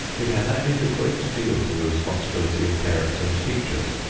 it has added a great deal to the responsibility of parents and teachers,